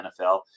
NFL